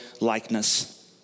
likeness